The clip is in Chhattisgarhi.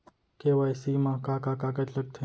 के.वाई.सी मा का का कागज लगथे?